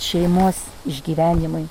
šeimos išgyvenimai